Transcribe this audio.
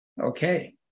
okay